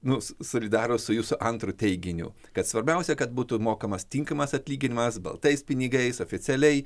nu solidarūs su jūsų antru teiginiu kad svarbiausia kad būtų mokamas tinkamas atlyginimas baltais pinigais oficialiai